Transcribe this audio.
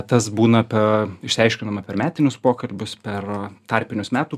tas būna pee išsiaiškiname per metinius pokalbius per tarpinius metų